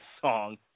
song